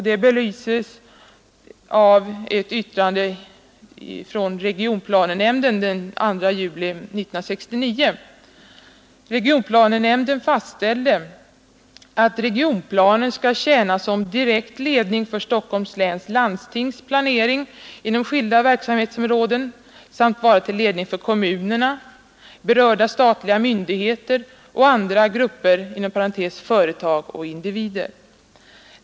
Detta belyses av ett yttrande från regionplanenämnden den 2 juli 1969. Nämnden fastställer där, att regionplanen skall tjäna som direkt ledning för Stockholms läns landstings planering inom skilda verksamhetsområden samt vara till ledning för kommunerna, berörda statliga myndigheter och andra grupper och individer.